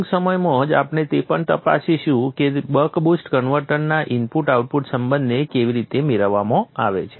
ટૂંક સમયમાં જ આપણે તે પણ તપાસીશું કે બક બુસ્ટ કન્વર્ટરના ઇનપુટ આઉટપુટ સંબંધને કેવી રીતે મેળવવામાં આવે છે